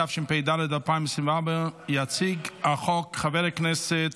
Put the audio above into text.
התשפ"ד 2024. יציג את החוק חבר הכנסת